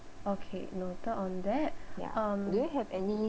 okay noted on that um